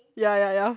ya ya ya